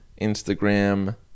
Instagram